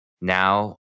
Now